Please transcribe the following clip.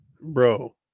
Bro